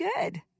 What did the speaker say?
good